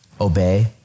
obey